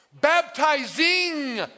Baptizing